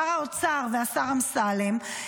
שר האוצר והשר אמסלם,